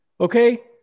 Okay